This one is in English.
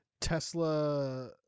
Tesla